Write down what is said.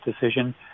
decision